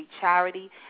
charity